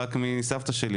רק מסבתא שלי